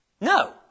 No